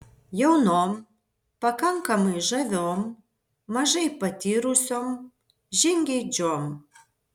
jaunom pakankamai žaviom mažai patyrusiom žingeidžiom